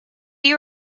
you